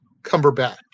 Cumberbatch